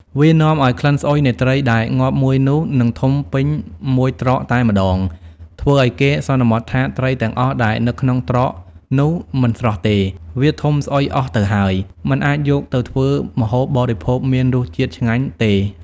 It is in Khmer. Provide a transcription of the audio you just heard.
វានាំឱ្យក្លិនស្អុយនៃត្រីដែលងាប់មួយនោះនឹងធុំពេញមួយត្រកតែម្តង ធ្វើឲ្យគេសន្មត់ថាត្រីទាំងអស់ដែលនៅក្នុងត្រកនោះមិនស្រស់ទេ វាធុំស្អុយអស់ទៅហើយ មិនអាចយកទៅធ្វើម្ហូបបរិភោគមានរស់ជាតិឆ្ងាញ់ទេ។